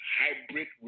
hybrid